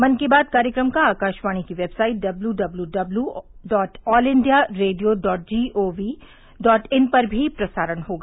मन की बात कार्यक्रम का आकाशवाणी की website W W W W dot all India radio dot G O V dot in पर भी प्रसारण होगा